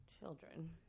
children